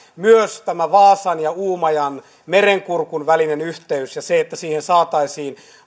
myös vaasan ja uumajan merenkurkun välisen yhteyden ja sen että siihen saataisiin